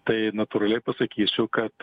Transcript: tai natūraliai pasakysiu kad